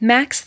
Max